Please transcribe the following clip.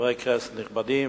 חברי כנסת נכבדים,